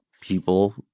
people